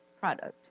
product